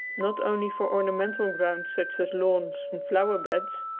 not only for ornamental grounds such as lawns and flower-beds,